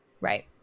Right